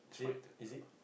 is it easy